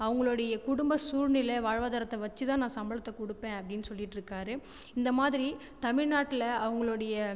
அவங்களுடைய குடும்ப சூழ்நிலை வாழ்வாதாரத்தை வச்சு தான் நான் சம்பளத்தை கொடுப்பேன் அப்படினு சொல்லிட்ருக்காரு இந்த மாதிரி தமிழ்நாட்டில் அவங்களுடைய